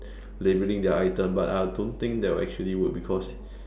labelling their items but I don't think that will actually work because